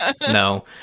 no